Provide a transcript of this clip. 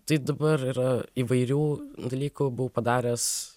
tai dabar yra įvairių dalykų buvau padaręs